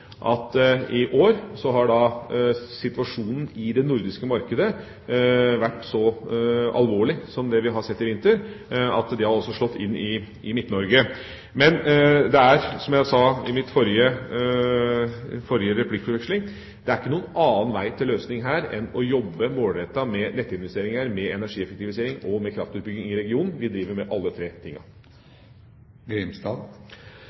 at i år har situasjonen som vi har sett i vinter i det nordiske markedet, vært så alvorlig at det også har slått inn i Midt-Norge. Men det er – som jeg sa i forrige replikkordveksling – ingen annen vei til løsning enn å jobbe målrettet med nettinvesteringer, med energieffektivisering og med kraftutbygging i regionen. Vi driver med alle disse tre